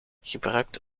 gebruikt